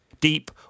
deep